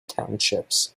townships